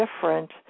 different